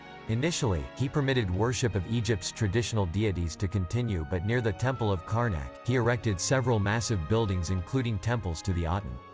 initially, he permitted worship of egypt's traditional deities to continue but near the temple of karnak, he erected several massive buildings including temples to the aten.